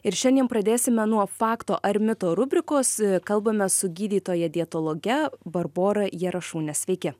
ir šiandien pradėsime nuo fakto ar mito rubrikos kalbame su gydytoja dietologe barbora jarašūne sveiki